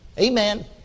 Amen